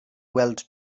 weld